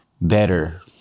better